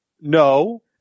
No